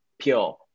pure